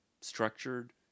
structured